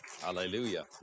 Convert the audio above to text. Hallelujah